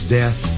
death